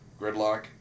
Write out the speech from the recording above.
Gridlock